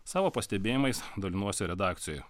savo pastebėjimais dalinuosi redakcijoje